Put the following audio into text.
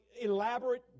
elaborate